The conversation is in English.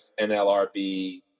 NLRB